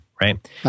right